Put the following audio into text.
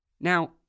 Now